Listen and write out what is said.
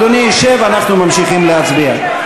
אדוני, שב, אנחנו ממשיכים להצביע.